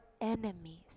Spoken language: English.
enemies